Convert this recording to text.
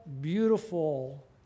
beautiful